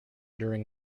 during